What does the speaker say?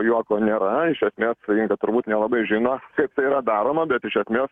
juoko nėra iš esmės inga turbūt nelabai žino kaip tai yra daroma bet iš esmės